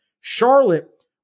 Charlotte